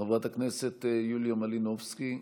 חברת הכנסת יוליה מלינובסקי,